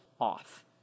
off